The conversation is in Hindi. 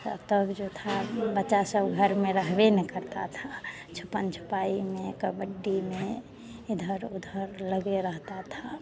और तब जो था बच्चा सब घर में रहवे नहीं करता था छुपन छुपाई में कबड्डी में इधर उधर लगे रहता था